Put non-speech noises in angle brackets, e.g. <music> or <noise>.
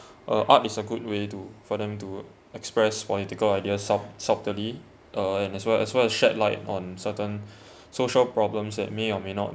uh art is a good way to for them to express political ideas sub~ subtly uh and as well as well as shed light on certain <breath> social problems that may or may not